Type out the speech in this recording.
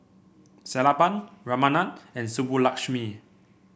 Sellapan Ramanand and Subbulakshmi